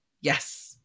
Yes